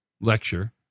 lecture